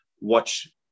watch